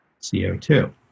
CO2